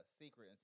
secret